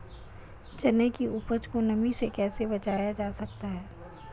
चने की उपज को नमी से कैसे बचाया जा सकता है?